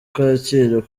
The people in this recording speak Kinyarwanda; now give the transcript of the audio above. kacyiru